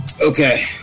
Okay